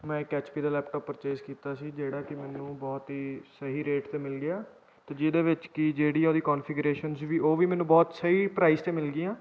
ਮੈਂ ਇਕ H P ਦਾ ਲੈਪਟੋਪ ਪਰਚੇਸ ਕੀਤਾ ਸੀ ਜਿਹੜਾ ਕਿ ਮੈਨੂੰ ਬਹੁਤ ਹੀ ਸਹੀ ਰੇਟ 'ਤੇ ਮਿਲ ਗਿਆ ਅਤੇ ਜਿਹਦੇ ਵਿੱਚ ਕਿ ਜਿਹੜੀ ਉਹਦੀ ਕੋਨਫੀਗਰੇਸ਼ਨ ਸੀਗੀ ਉਹ ਵੀ ਮੈਨੂੰ ਬਹੁਤ ਸਹੀ ਪ੍ਰਾਈਸ 'ਤੇ ਮਿਲ ਗਈਆਂ